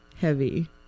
heavy